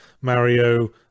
Mario